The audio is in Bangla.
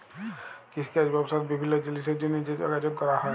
কিষিকাজ ব্যবসা আর বিভিল্ল্য জিলিসের জ্যনহে যে যগাযগ ক্যরা হ্যয়